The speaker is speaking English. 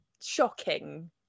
shocking